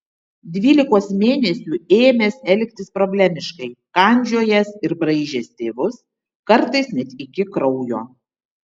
dvylikos mėnesių ėmęs elgtis problemiškai kandžiojęs ir braižęs tėvus kartais net iki kraujo